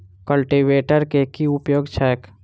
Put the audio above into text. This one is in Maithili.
कल्टीवेटर केँ की उपयोग छैक?